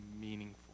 meaningful